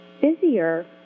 busier